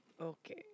Okay